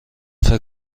فکر